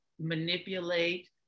manipulate